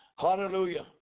Hallelujah